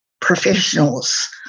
professionals